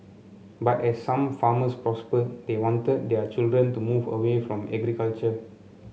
but as some farmers prospered they wanted their children to move away from agriculture